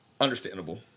Understandable